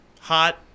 hot